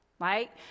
right